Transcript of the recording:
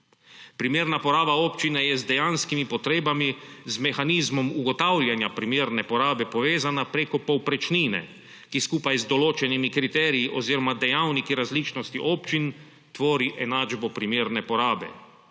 Primerna poraba občine je z dejanskimi potrebami, z mehanizmom ugotavljanja primerne porabe, povezana preko povprečnine, ki skupaj z določenimi kriteriji oziroma dejavniki različnosti občin tvori enačbo primerne porabe,